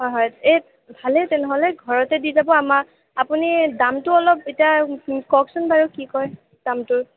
হয় হয় এই ভালেই তেনেহ'লে ঘৰতে দি যাব আমাক আপুনি দামটো অলপ এতিয়া কওকচোন বাৰু কি কয় দামটো